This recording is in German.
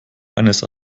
eines